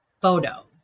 photo